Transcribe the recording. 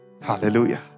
Hallelujah